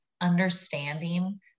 understanding